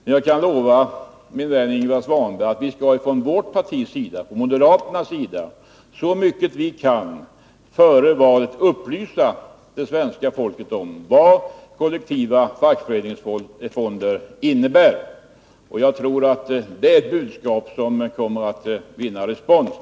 Men jag kan lova min vän Ingvar Svanberg att vi från vårt partis sida, från moderaternas sida, skall så mycket vi kan före valet upplysa det svenska folket om vad kollektiva fackföreningsfonder innebär. Jag tror att det är ett budskap som kommer att vinna respons.